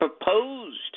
proposed